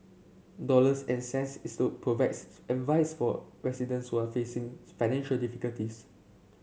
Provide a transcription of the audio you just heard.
dollars and cents is to provide advice for residents who are facing financial difficulties